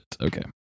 Okay